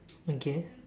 okay